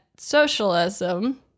Socialism